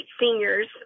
seniors